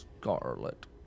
Scarlet